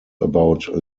about